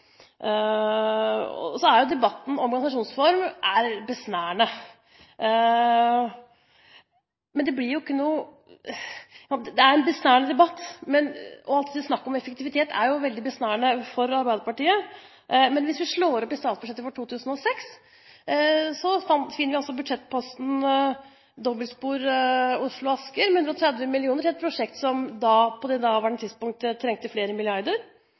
Debatten om organisasjonsform er besnærende. Alt snakket om effektivitet er veldig besnærende for Arbeiderpartiet, men hvis vi slår opp i statsbudsjettet for 2006, finner vi budsjettposten med 130 mill. kr til dobbeltspor Sandvika–Asker – et prosjekt som på daværende tidspunkt trengte flere milliarder.